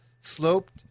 sloped